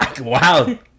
Wow